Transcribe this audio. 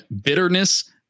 bitterness